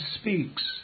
speaks